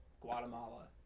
Guatemala